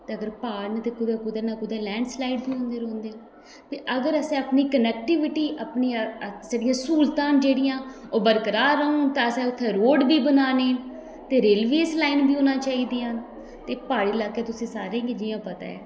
ते इत्थें प्हाड़ न ते कुदै ना कुदै लैंडस्लाईड होंदी रौहंदी ते अगर असें कनेक्टीविटी अपनी स्हूलतां न जेह्ड़ियां ओह् बरकरार रौह्न तां असें इत्थें रोड बी बनाने ते रेलवे लाइन्स बी होना चाही दियां ते प्हाड़ी लाकै च जियां तुसें सारें गी पता ऐ